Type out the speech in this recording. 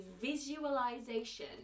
visualization